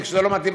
וכשזה לא מתאים,